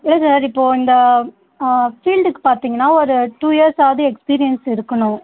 இல்லை சார் இப்போது இந்த ஆ ஃபீல்டுக்கு பார்த்தீங்கனா ஒரு டூ இயர்ஸ் ஆவது எக்ஸ்பீரியன்ஸ் இருக்கணும்